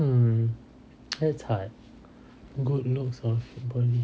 hmm that's hard good looks or fit body